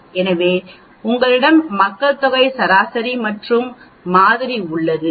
எனவே உங்களிடம் மக்கள் தொகை சராசரி மற்றும் மாதிரி உள்ளது